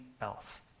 else